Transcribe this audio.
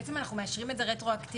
בעצם אנחנו מאשרים את זה רטרואקטיבי,